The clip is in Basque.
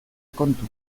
kontu